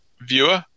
viewer